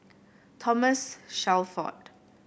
Thomas Shelford